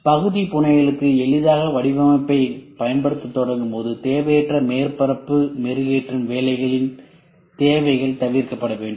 பகுதி புனையலுக்கு எளிதாக வடிவமைப்பைப் பயன்படுத்தத் தொடங்கும்போதுதேவையற்ற மேற்பரப்பு மெருகேற்றும் வேலைகளின் தேவைகள் தவிர்க்கப்பட வேண்டும்